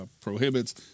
prohibits